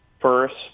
first